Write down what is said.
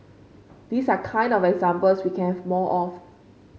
these are kind of examples we can have more of